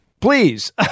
Please